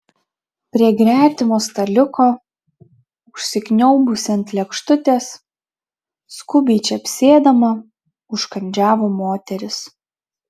prie gretimo staliuko užsikniaubusi ant lėkštutės skubiai čepsėdama užkandžiavo moteris